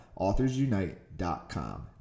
AuthorsUnite.com